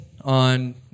on